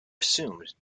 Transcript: assumed